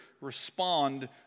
respond